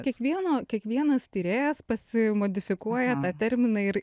kiekvieno kiekvienas tyrėjas pasimodifikuoja tą terminą ir